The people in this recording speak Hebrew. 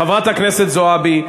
חברת הכנסת זועבי,